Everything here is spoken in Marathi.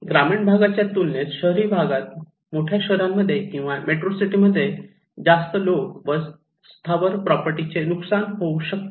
ग्रामीण भागाच्या तुलनेत शहरी भागात मोठ्या शहरांमध्ये किंवा मेट्रो सिटी मध्ये जास्त लोकं व स्थावर प्रॉपर्टीचे नुकसान होऊ शकते